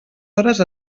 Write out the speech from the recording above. hores